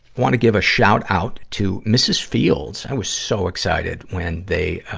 wanna give a shout out to mrs. fields. i was so excited when they,